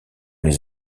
les